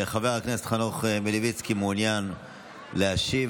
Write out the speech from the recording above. חבר הכנסת חנוך מלביצקי מעוניין להשיב,